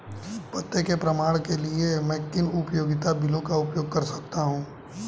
पते के प्रमाण के लिए मैं किन उपयोगिता बिलों का उपयोग कर सकता हूँ?